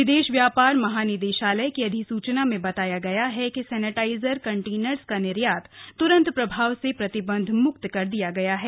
विदेश व्यापार महानिदेशालय की अधिसूचना में बताया गया है कि सेनिटाइजर कंटेनर्स का निर्यात त्रन्त प्रभाव से प्रतिबंध मुक्त कर दिया गया है